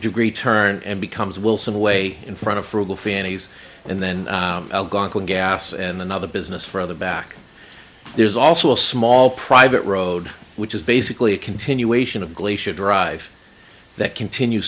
degree turn and becomes wilson way in front of frugal fanny's and then gas and another business further back there's also a small private road which is basically a continuation of glacier drive that continue